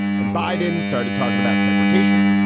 and biden started talking about segregation,